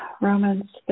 Romans